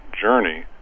journey